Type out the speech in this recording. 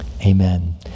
amen